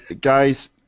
Guys